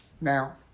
Now